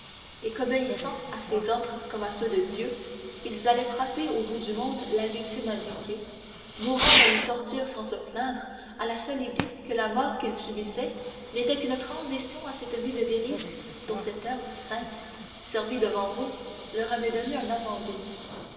et qu'obéissant à ses ordres comme à ceux de dieu ils allaient frapper au bout du monde la victime indiquée mourant dans les tortures sans se plaindre à la seule idée que la mort qu'ils subissaient n'était qu'une transition à cette vie de délices dont cette herbe sainte servie devant vous leur avait donné un avant-goût